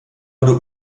wurde